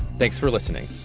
thanks for listening.